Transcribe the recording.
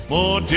More